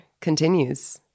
continues